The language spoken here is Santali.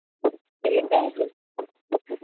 ᱪᱮᱫ ᱞᱮᱠᱟ